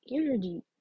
energy